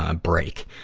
ah break,